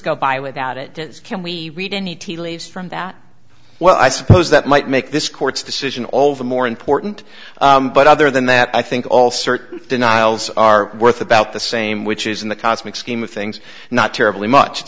go by without it can we read any tea leaves from that well i suppose that might make this court's decision all the more important but other than that i think all certain denials are worth about the same which is in the cosmic scheme of things not terribly much